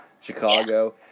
Chicago